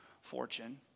fortune